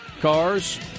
cars